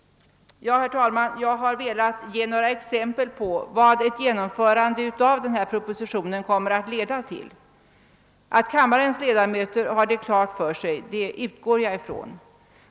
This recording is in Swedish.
Herr talman! Jag har velat ge några exempel på vad ett genomförande av förslagen i propositionen kommer att leda till. Att kammarens ledamöter har det klart för sig utgår jag från.